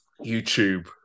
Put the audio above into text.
YouTube